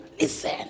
listen